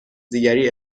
دیگری